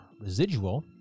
residual